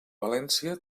valència